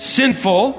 sinful